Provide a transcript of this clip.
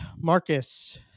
Marcus